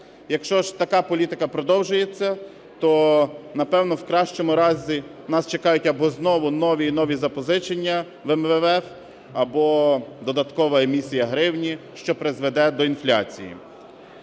Якщо ж така політика продовжується, то, напевно, в кращому разі нас чекають або знову нові і нові запозичення в МВФ, або додаткова емісія гривні, що призведе до інфляції.